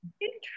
Interesting